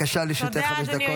חמש דקות.